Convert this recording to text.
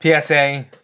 PSA